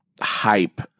hype